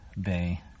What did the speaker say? Bay